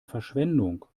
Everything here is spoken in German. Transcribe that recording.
verschwendung